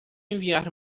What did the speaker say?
enviar